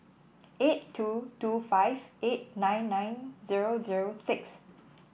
eight two two five eight nine nine zero zero six